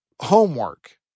homework